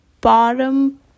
bottom